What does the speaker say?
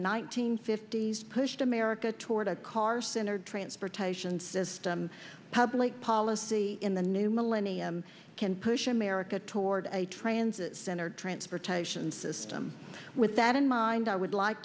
nineteen fifties pushed america toward a carson or transportation system public policy in the new millennium can push america toward a transit center transportation system with that in mind i would like